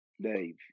Dave